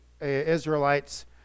Israelites